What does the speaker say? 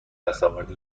دستاورد